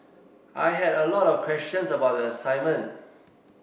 I had a lot of questions about the assignment